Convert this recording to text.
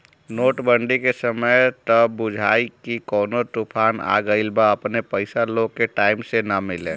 note बंदी के समय त बुझाए की कवनो तूफान आ गईल बा अपने पईसा लोग के टाइम से ना मिले